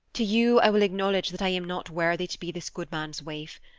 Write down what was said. to you i will acknowledge that i am not worthy to be this good man's wife,